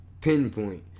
pinpoint